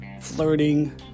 flirting